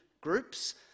groups